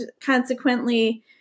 consequently